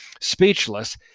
speechless